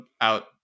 out